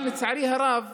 אבל לצערי הרב,